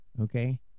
okay